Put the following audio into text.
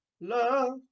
love